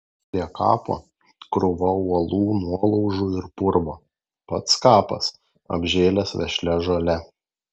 prie kapo krūva uolų nuolaužų ir purvo pats kapas apžėlęs vešlia žole